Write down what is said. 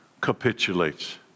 capitulates